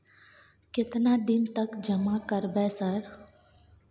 केतना दिन तक जमा करबै सर?